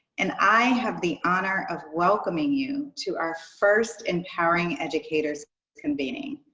and i have the honor of welcoming you to our first empowering educators convening.